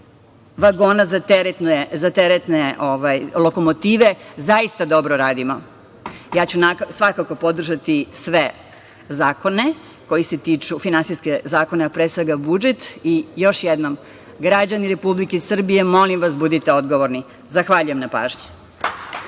vagona za teretne lokomotive. Zaista dobro radimo. Ja ću svakako podržati sve finansijske zakone, a pre svega budžet. Još jednom – građani Republike Srbije, molim vas budite odgovorni. Zahvaljujem na pažnji.